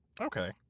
Okay